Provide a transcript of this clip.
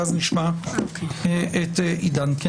ואז נשמע את עידן.